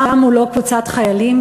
באה מולו קבוצת חיילים,